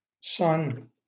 son